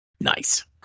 Nice